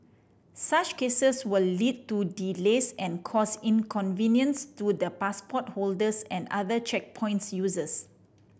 such cases will lead to delays and cause inconvenience to the passport holders and other checkpoints users